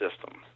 system